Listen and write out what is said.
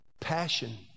passion